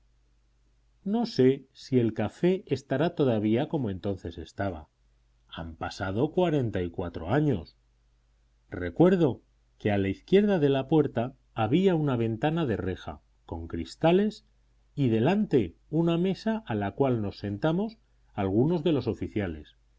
no sé si el café estará todavía como entonces estaba han pasado cuarenta y cuatro años recuerdo que a la izquierda de la puerta había una ventana de reja con cristales y delante una mesa a la cual nos sentamos algunos de los oficiales